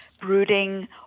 brooding